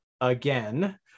again